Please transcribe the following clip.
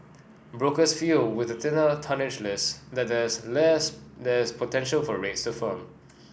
brokers feel with the thinner tonnage list there there's less that's potential for rates to firm